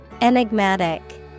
Enigmatic